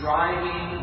Driving